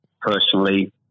personally